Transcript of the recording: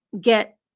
get